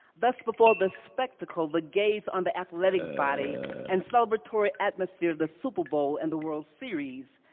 thus, before the spectacle, the gaze on the athletic body and celebratory atmosphere of the super bowl and the world series,